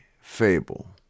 fable